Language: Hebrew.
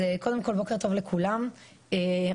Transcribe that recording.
בוקר טוב לכולם,